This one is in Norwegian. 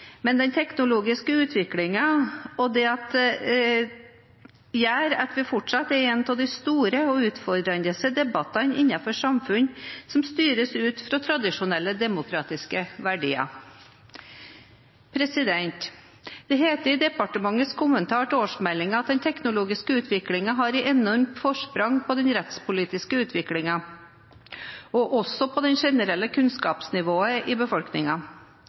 men den teknologiske utviklingen gjør dette fortsatt til en av de store og utfordrende debattene i samfunn som styres ut ifra tradisjonelle demokratiske verdier. Det heter i departementets kommentar til årsmeldingene at den teknologiske utviklingen har et enormt forsprang på den rettspolitiske utviklingen, og også på det generelle kunnskapsnivået i